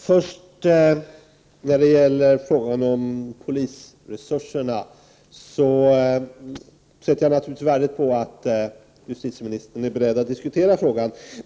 Herr talman! När det först gäller polisresurserna sätter jag naturligtvis värde på att justitieministern är beredd att diskutera frågan.